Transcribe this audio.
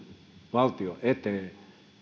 valtion eteen